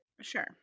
Sure